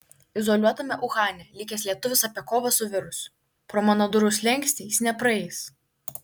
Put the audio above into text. izoliuotame uhane likęs lietuvis apie kovą su virusu pro mano durų slenkstį jis nepraeis